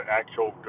actual